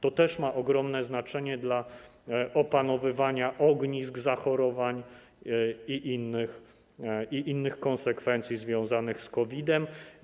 To też ma ogromne znaczenie dla opanowywania ognisk zachorowań i innych konsekwencji związanych z COVID-em.